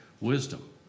wisdom